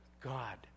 God